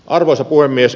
arvoisa puhemies